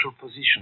position